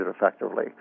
effectively